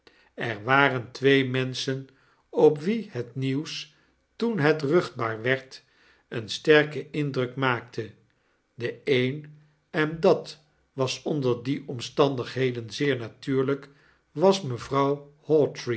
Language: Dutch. er waren twee menschen op wie het nieuws toen het ruchtbaar werd een sterken indruk maakte de een en dat was onder die omstandigheden zeer natuurlijk was